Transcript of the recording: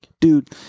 Dude